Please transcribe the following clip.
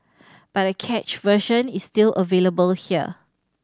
but a cached version is still available here